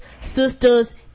sister's